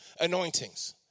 anointings